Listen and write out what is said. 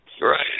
Right